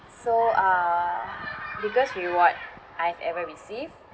so uh biggest reward I've ever received